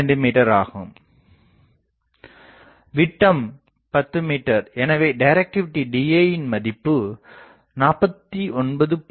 me ஆகும் விட்டம் 10 மீ எனவே டிரக்டிவிடி DA மதிப்பு 49